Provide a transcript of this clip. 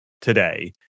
today